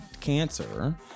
cancer